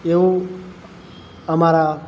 એવું અમારા